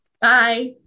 bye